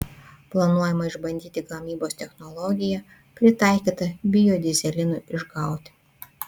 planuojama išbandyti gamybos technologiją pritaikytą biodyzelinui išgauti